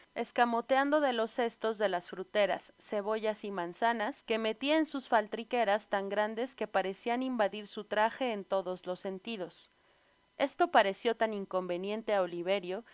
escamoteando de los cestos de las fruteras cebollas y manzanas que inetia eu sus faltriqueras tan grandes que parecian invadir su traje en todos sentidos esto pareció tan inconveniente á